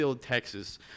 Texas